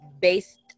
based